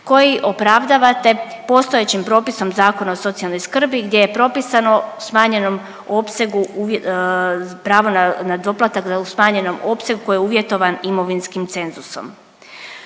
koji opravdavate postojećim propisom Zakona o socijalnoj skrbi gdje je propisano u smanjenom opsegu pravo na doplatak u smanjenom opsegu koji je uvjetovan imovinskim cenzusom.